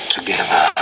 Together